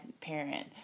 parent